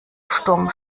sturm